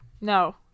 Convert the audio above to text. No